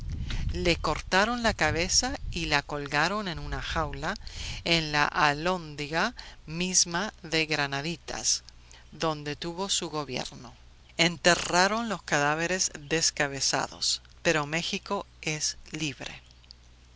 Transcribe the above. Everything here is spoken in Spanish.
le cortaron la cabeza y la colgaron en una jaula en la alhóndiga misma de granaditas donde tuvo su gobierno enterraron los cadáveres descabezados pero méxico es libre